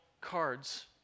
cards